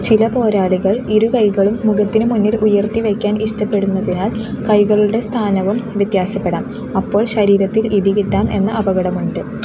ചില പോരാളികൾ ഇരുകൈകളും മുഖത്തിനു മുന്നിൽ ഉയർത്തി വയ്ക്കാൻ ഇഷ്ടപ്പെടുന്നതിനാൽ കൈകളുടെ സ്ഥാനവും വ്യത്യാസപ്പെടാം അപ്പോള് ശരീരത്തില് ഇടി കിട്ടാം എന്ന അപകടമുണ്ട്